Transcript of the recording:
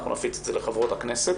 אנחנו נפיץ את זה לחברות הכנסת